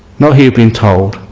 not you've been told